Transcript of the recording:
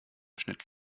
schnitt